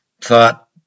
thought